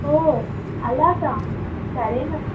ఓహ్ అలాగ సరే మరి